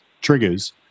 triggers